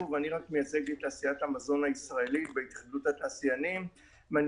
אני רק מייצג את תעשיית המזון הישראלית בהתאחדות התעשיינים ואני